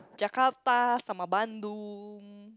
Jakarta sama Bandung